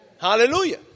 Hallelujah